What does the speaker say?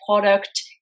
product